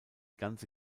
ganze